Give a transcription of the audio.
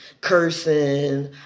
cursing